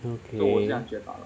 okay